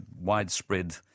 widespread